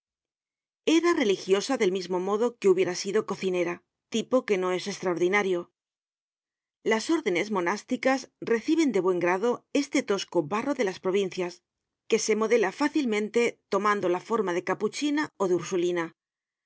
era religiosa del mismo modo que hubiera sido cocinera tipo que no es estraordinario las órdenes monásticas reciben de buen grado este tosco barro de las provincias que se modela fácilmente tomando la forma de capuchina ó de ursulina